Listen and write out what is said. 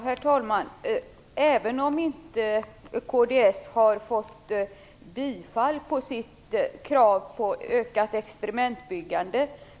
Herr talman! Kds har inte fått bifall för sitt krav på ökat experimentbyggande.